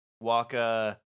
Waka